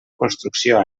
construcció